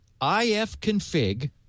ifconfig